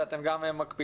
שאתן גם מקפידות,